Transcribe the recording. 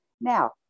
Now